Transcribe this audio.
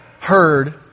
heard